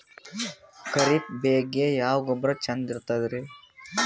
ಖರೀಪ್ ಬೇಳಿಗೆ ಯಾವ ಗೊಬ್ಬರ ಚಂದ್ ಇರತದ್ರಿ?